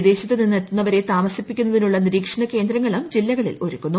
വിദേശത്ത് നിന്ന് എത്തുന്നവരെ താമസിപ്പിക്കുന്നതിനുള്ള നിരീക്ഷണ കേന്ദ്രങ്ങളും ജില്ലകളിൽ ഒരുക്കുന്നു